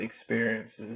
experiences